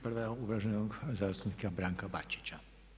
Prva je uvaženog zastupnika Branka Bačića.